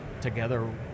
together